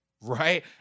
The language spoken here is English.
right